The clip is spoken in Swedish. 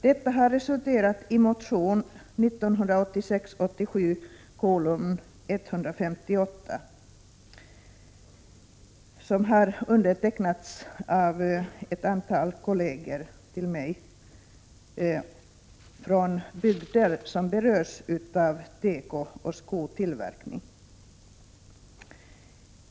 Detta har resulterat i motion 1986/87:Fö158, som också har undertecknats av ett antal kolleger från bygder som berörs av tekooch skotillverkning.